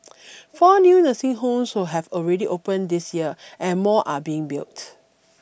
four new nursing homes so have already opened this year and more are being built